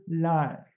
life